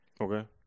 Okay